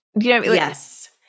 Yes